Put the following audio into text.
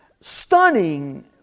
stunning